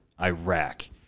Iraq